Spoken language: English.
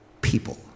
people